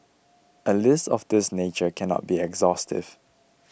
a list of this nature cannot be exhaustive